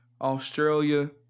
Australia